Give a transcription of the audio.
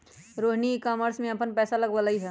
Rohini e commerce में अप्पन पैसा लगअलई ह